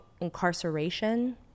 incarceration